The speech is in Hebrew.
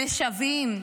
משוועים,